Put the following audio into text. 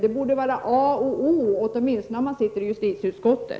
Det borde vara A och O, åtminstone om man sitter i justitieutskottet.